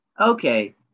okay